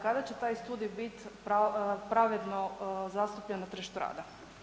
Kada će taj studij bit pravedno zastupljen na tržištu rada?